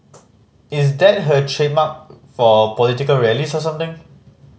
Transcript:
is that her trademark for political rallies or something